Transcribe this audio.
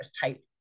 type